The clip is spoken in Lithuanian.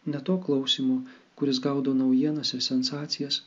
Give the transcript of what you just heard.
ne to klausymo kuris gaudo naujienas ir sensacijas